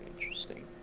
Interesting